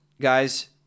guys